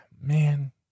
man